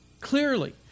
clearly